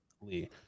lee